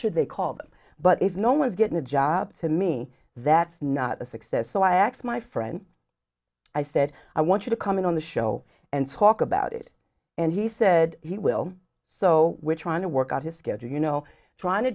should they call them but if no one's getting a job to me that's not a success so i aks my friend i said i want you to come in on the show and talk about it and he said he will so we're trying to work out his schedule you know trying to